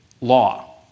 law